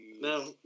No